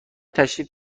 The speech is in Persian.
تشریف